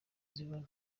zibona